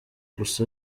gusa